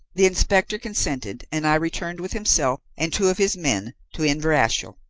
the inspector consented, and i returned, with himself and two of his men, to inverashiel.